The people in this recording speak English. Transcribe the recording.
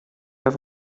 have